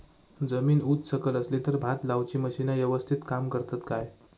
जमीन उच सकल असली तर भात लाऊची मशीना यवस्तीत काम करतत काय?